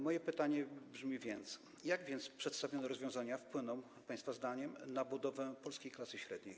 Moje pytanie brzmi więc: Jak przedstawione rozwiązania wpłyną państwa zdaniem na budowę polskiej klasy średniej?